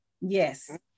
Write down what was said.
Yes